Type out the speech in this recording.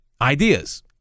ideas